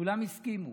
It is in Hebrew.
כולם הסכימו.